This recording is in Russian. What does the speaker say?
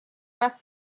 вас